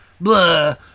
Blah